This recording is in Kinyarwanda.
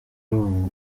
ubu